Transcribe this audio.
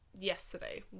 yesterday